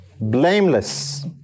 blameless